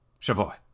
Chavoy